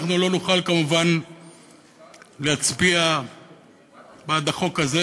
אנחנו לא נוכל כמובן להצביע בעד החוק הזה.